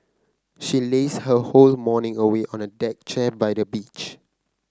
she lazed her whole morning away on a deck chair by the beach